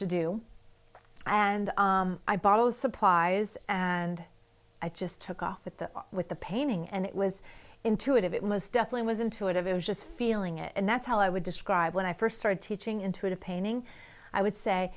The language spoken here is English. to do and i bought those supplies and i just took off with the with the painting and it was intuitive it most definitely was intuitive it was just feeling it and that's how i would describe when i first started teaching into the painting i would say